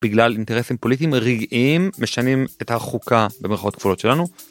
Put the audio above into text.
בגלל אינטרסים פוליטיים רגעיים משנים את החוקה במרכאות כפולות שלנו.